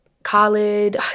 Khalid